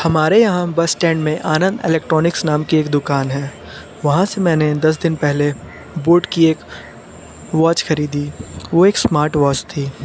हमारे यहाँ bus stand में आनंद एलेक्ट्रॉनिक्स नाम की एक दुकान है वहाँ से मैंने दस दिन पहले बोट की एक वॅाच खरीदी वो एक इस्मार्ट वाच थी